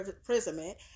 imprisonment